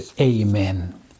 Amen